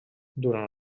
durant